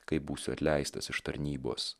kai būsiu atleistas iš tarnybos